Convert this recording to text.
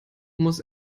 muss